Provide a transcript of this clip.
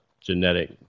genetic